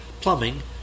plumbing